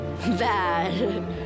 Bad